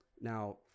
Now